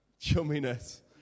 Chumminess